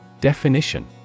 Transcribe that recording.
Definition